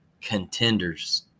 contenders